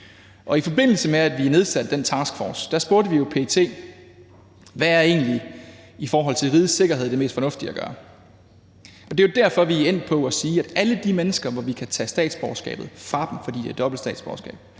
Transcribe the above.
i forbindelse med at vi nedsatte den taskforce, spurgte vi PET: Hvad er egentlig det mest fornuftige at gøre i forhold til rigets sikkerhed? Og det er jo derfor, vi er endt på at sige, at i forhold til alle de mennesker, hvor vi kan tage statsborgerskabet fra dem, fordi de har dobbelt statsborgerskab,